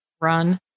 run